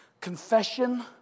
Confession